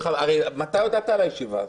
הרי מתי הודעת על הישיבה הזאת?